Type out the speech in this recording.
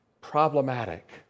problematic